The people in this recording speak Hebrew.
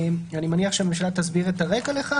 אני מניח שהממשלה תסביר את הרקע לכך,